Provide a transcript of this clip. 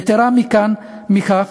יתרה מכך,